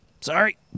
sorry